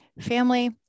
family